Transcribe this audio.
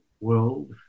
world